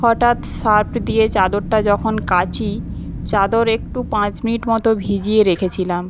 হটাৎ সার্প দিয়ে চাদরটা যখন কাচি চাদর একটু পাঁচ মিনিট মতো ভিজিয়ে রেখেছিলাম